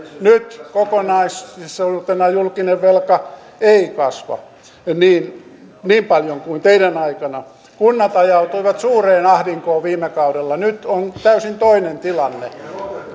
nyt kokonaisuutena julkinen velka ei kasva niin niin paljon kuin teidän aikananne kunnat ajautuivat suureen ahdinkoon viime kaudella nyt on täysin toinen tilanne